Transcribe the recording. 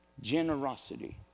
generosity